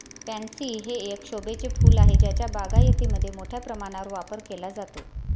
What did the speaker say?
pansy हे एक शोभेचे फूल आहे ज्याचा बागायतीमध्ये मोठ्या प्रमाणावर वापर केला जातो